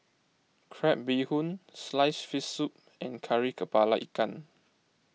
Crab Bee Hoon Sliced Fish Soup and Kari Kepala Ikan